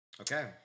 Okay